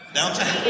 Downtown